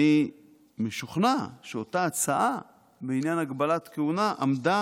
אני משוכנע שאותה הצעה בעניין הגבלת כהונה עמדה